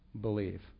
believe